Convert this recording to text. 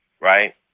right